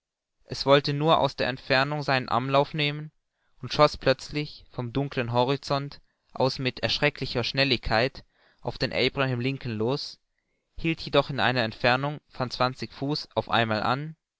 es wollte nur aus der entfernung seinen anlauf nehmen und schoß plötzlich vom dunkeln horizont aus mit erschrecklicher schnelligkeit auf den abraham lincoln los hielt jedoch in einer entfernung von zwanzig fuß auf einmal an